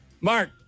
Mark